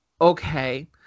okay